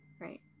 right